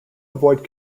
avoid